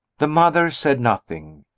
the mother said nothing.